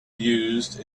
used